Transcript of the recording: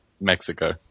Mexico